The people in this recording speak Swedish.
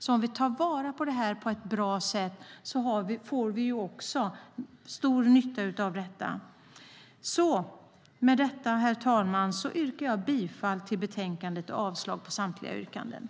Tar vi vara på detta på ett bra sätt får vi stor nytta av det. Herr talman! Jag yrkar bifall till förslaget i betänkandet och avslag på samtliga reservationer.